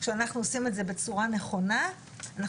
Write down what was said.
כשאנחנו עושים את זה בצורה נכונה אנחנו